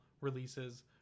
releases